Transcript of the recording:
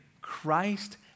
Christ